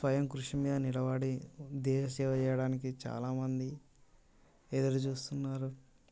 స్వయంకృషి మీద నిలబడి దేశ సేవ చేయడానికి చాలామంది ఎదురుచూస్తున్నారు